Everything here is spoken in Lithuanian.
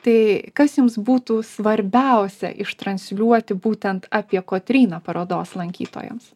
tai kas jums būtų svarbiausia ištransliuoti būtent apie kotryną parodos lankytojams